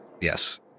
Yes